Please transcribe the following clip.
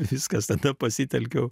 viskas tada pasitelkiau